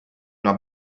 una